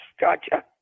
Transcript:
gotcha